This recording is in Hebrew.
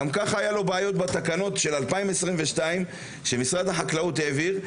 גם ככה היו לו בעיות בתקנות של 2022 שמשרד החקלאות העביר,